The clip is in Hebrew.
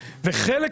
וחדשנות?